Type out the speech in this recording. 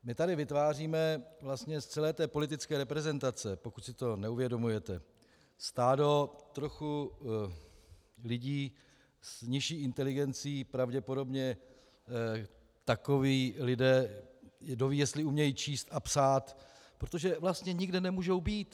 My tady vytváříme vlastně z celé té politické reprezentace, pokud si to neuvědomujete, stádo trochu lidí s nižší inteligencí pravděpodobně, takoví lidé, kdoví jestli umějí číst a psát, protože vlastně nikde nemůžou být.